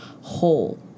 whole